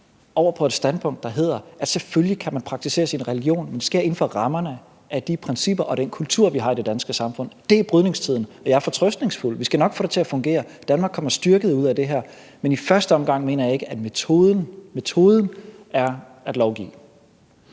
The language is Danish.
over på et standpunkt, der hedder, at selvfølgelig kan man praktisere sin religion, men det sker inden for rammerne af de principper og den kultur, vi har i det danske samfund. Det er brydningstiden, og jeg er fortrøstningsfuld. Vi skal nok få det til at fungere. Danmark kommer styrket ud af det her, men i første omgang mener jeg ikke, at metoden er at lovgive.